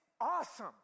awesome